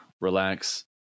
relax